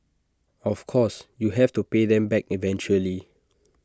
of course you have to pay them back eventually